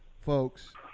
folks